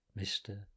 Mr